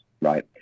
right